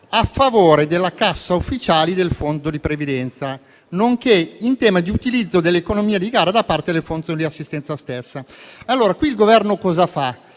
a favore della Cassa ufficiali del fondo di previdenza, nonché in tema di utilizzo delle economie di gara da parte del Fondo di assistenza stessa. Il Governo esegue